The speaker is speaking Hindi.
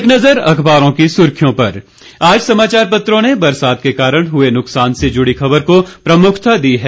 एक नज़र अखबारों की सुर्खियों पर आज समाचार पत्रों ने बरसात के कारण हुए नुक्सान से जुड़ी खबर को प्रमुखता दी है